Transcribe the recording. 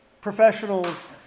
professionals